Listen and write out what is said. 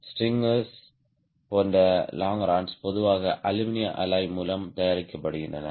stringers போன்ற longerons பொதுவாக அலுமினிய அலாய் மூலம் தயாரிக்கப்படுகின்றன